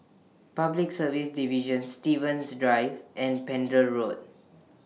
Public Service Division Stevens Drive and Pender Road